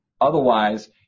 Otherwise